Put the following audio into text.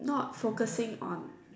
not focusing on